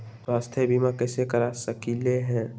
स्वाथ्य बीमा कैसे करा सकीले है?